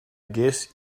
guess